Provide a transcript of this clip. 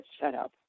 setup